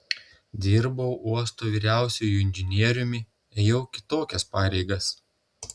dirbau uosto vyriausiuoju inžinieriumi ėjau kitokias pareigas